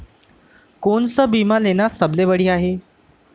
कोन स बीमा लेना सबले बढ़िया हे?